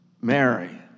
Mary